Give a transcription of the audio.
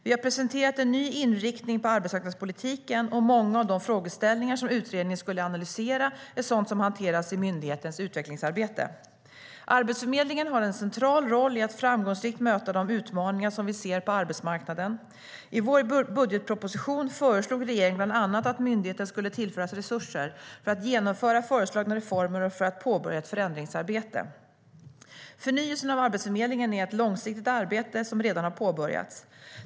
Vi har presenterat en ny inriktning på arbetsmarknadspolitiken, och många av de frågeställningar som utredningen skulle analysera är sådant som hanteras i myndighetens utvecklingsarbete. Arbetsförmedlingen har en central roll i att framgångsrikt möta de utmaningar som vi ser på arbetsmarknaden. I vår budgetproposition föreslog regeringen bland annat att myndigheten skulle tillföras resurser för att genomföra föreslagna reformer och påbörja ett förändringsarbete. Förnyelsen av Arbetsförmedlingen är ett långsiktigt arbete som redan har påbörjats.